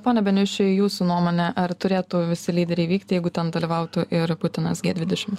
pone beniuši jūsų nuomone ar turėtų visi lyderiai vykti jeigu ten dalyvautų ir putinas gie dvidešim